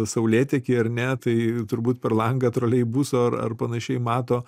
saulėteky ar ne tai turbūt per langą troleibuso ar ar panašiai mato